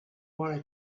wanna